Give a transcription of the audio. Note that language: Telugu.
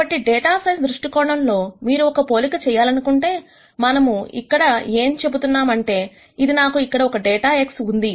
కాబట్టి డేటా సైన్స్ దృష్టికోణం లో మీరు ఒక పోలిక చేయాలనుకుంటే మనము ఇక్కడ ఏం చెప్తున్నాము అంటే అది నాకు ఇక్కడ ఒక డేటా X ఉంది